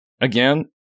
Again